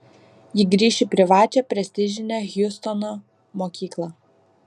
ji grįš į privačią prestižinę hjustono mokyklą